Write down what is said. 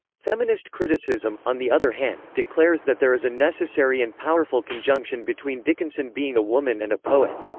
feminist criticism, on the other hand, declares that there is a necessary and powerful conjunction between dickinson being a woman and a poet.